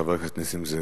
חבר הכנסת נסים זאב.